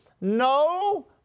No